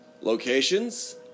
locations